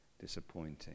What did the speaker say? disappointing